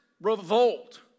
revolt